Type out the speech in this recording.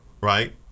right